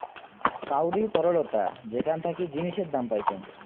কাউরি তরলতা যেখান থাকি জিনিসের দাম পাইচুঙ